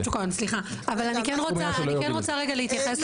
אבל אני כן רוצה להתייחס לדברים.